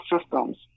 systems